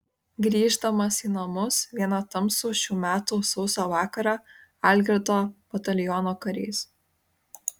grįždamas į namus vieną tamsų šių metų sausio vakarą algirdo bataliono karys